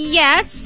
yes